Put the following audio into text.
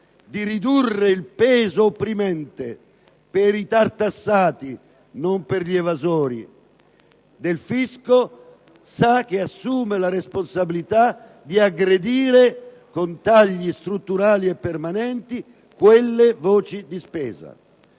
di ridurre il peso opprimente (per i tartassati, non per gli evasori) del fisco, sa che assume la responsabilità di aggredire con tagli strutturali e permanenti quelle voci di spesa.